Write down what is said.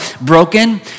broken